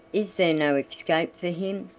is there no escape for him?